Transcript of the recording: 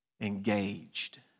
engaged